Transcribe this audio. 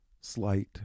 slight